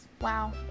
wow